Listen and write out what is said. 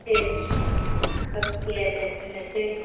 दे औ दे दे दोनलायसै